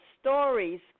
stories